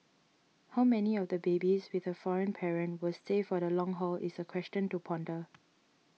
how many of the babies with a foreign parent will stay for the long haul is a question to ponder